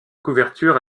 couvertures